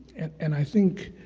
and i think